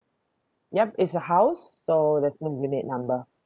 yup it's a house so that's the unit number